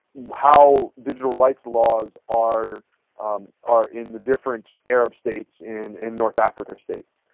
how digital rights laws are are in the different arab states in in north africa states.